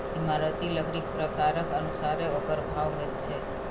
इमारती लकड़ीक प्रकारक अनुसारेँ ओकर भाव होइत छै